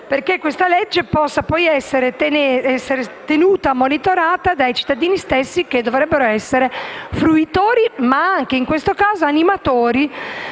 affinché questa legge possa, poi, essere monitorata dai cittadini stessi che dovrebbero essere fruitori, ma anche, in questo caso, animatori